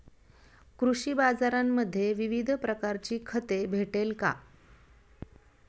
कृषी बाजारांमध्ये विविध प्रकारची खते भेटेल का?